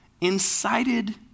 incited